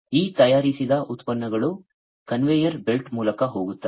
ಈ ತಯಾರಿಸಿದ ಉತ್ಪನ್ನಗಳು ಕನ್ವೇಯರ್ ಬೆಲ್ಟ್ ಮೂಲಕ ಹೋಗುತ್ತವೆ